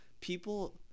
people